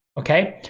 okay?